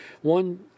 One